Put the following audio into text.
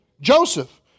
Joseph